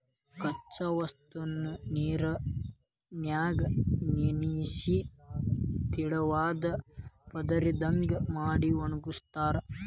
ಕಚ್ಚಾ ವಸ್ತುನ ನೇರಿನ್ಯಾಗ ನೆನಿಸಿ ತೆಳುವಾದ ಪದರದಂಗ ಮಾಡಿ ಒಣಗಸ್ತಾರ